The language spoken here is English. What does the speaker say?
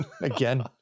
Again